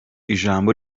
ijambo